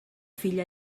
filla